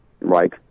Right